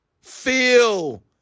Feel